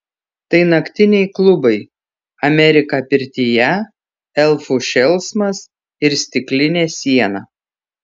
tai naktiniai klubai amerika pirtyje elfų šėlsmas ir stiklinė siena